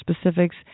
specifics